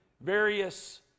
various